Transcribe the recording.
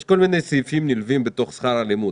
יש כל מיני סעיפים ומרכיבים נלווים בתוך שכר הלימוד.